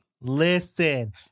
Listen